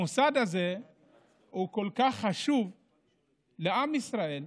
המוסד הזה כל כך חשוב לעם ישראל,